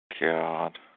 God